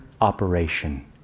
operation